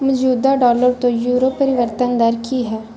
ਮੌਜੂਦਾ ਡਾਲਰ ਤੋਂ ਯੂਰੋ ਪਰਿਵਰਤਨ ਦਰ ਕੀ ਹੈ